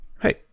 Hey